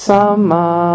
Sama